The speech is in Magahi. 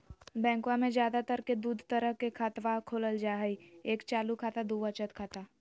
बैंकवा मे ज्यादा तर के दूध तरह के खातवा खोलल जाय हई एक चालू खाता दू वचत खाता